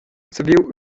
saviu